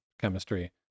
chemistry